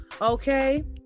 Okay